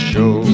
Show